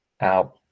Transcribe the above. out